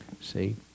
See